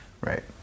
right